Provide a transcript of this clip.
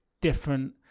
different